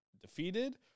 defeated